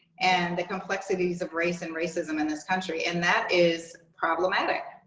and the complexities of race and racism in this country. and that is problematic.